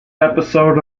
episode